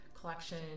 collection